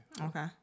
Okay